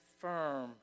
firm